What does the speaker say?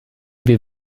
wir